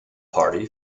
party